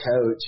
coach